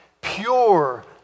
pure